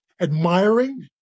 admiring